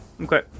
Okay